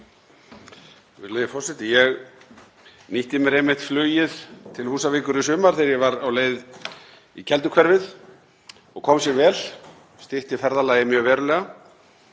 Virðulegi forseti. Ég nýtti mér einmitt flugið til Húsavíkur í sumar þegar ég var á leið í Kelduhverfið og kom það sér vel, stytti ferðalagið mjög verulega